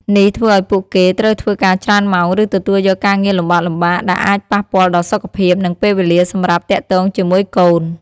នេះធ្វើឱ្យពួកគេត្រូវធ្វើការច្រើនម៉ោង ឬទទួលយកការងារលំបាកៗ ដែលអាចប៉ះពាល់ដល់សុខភាព និងពេលវេលាសម្រាប់ទាក់ទងជាមួយកូន។